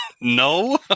No